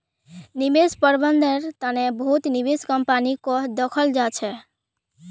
निवेश प्रबन्धनेर तने बहुत निवेश कम्पनीको दखाल जा छेक